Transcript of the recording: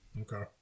Okay